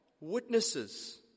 witnesses